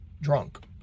drunk